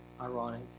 ironic